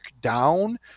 down